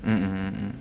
mm mm mm mm